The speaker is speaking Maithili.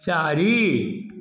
चारि